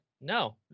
No